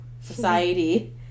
Society